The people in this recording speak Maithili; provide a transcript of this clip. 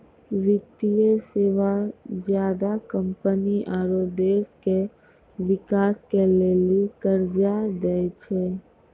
वित्तीय सेवा ज्यादा कम्पनी आरो देश के बिकास के लेली कर्जा दै छै